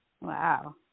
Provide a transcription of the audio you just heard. Wow